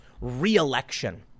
re-election